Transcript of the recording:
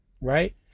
right